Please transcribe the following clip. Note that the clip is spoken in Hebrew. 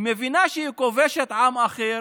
היא מבינה שהיא כובשת עם אחר